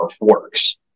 works